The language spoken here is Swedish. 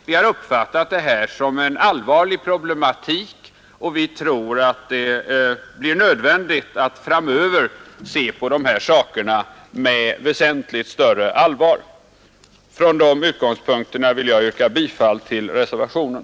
Vi har uppfattat detta som en allvarlig problematik, och vi tror att det framöver blir nödvändigt att se på dessa saker med väsentligt större allvar. Från dessa utgångspunkter vill jag, fru talman, yrka bifall till reservationen.